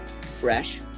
fresh